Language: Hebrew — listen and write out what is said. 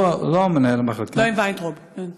לא מנהל המחלקה, לא עם וינטראוב.